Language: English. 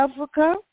Africa